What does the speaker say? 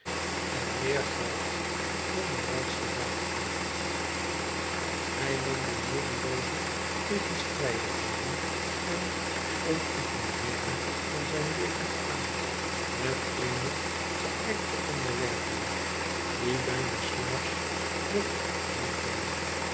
en meer geld dan de rijkste rijkaard hij nam de noodelooze tegenstrijdigheden en oneffenheden van rijn leven aan met eene geijkte onderwerping die bijna slaafsch mocht heeten